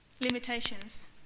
limitations